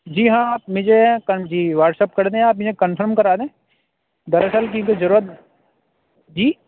جی ہاں آپ مجھے کم جی واٹس ایپ کر دیں مجھے کنفرم کرا دیں دراصل کیونکہ ضرورت جی